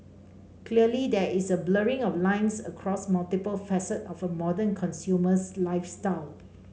clearly there is a blurring of lines across multiple facets of a modern consumer's lifestyle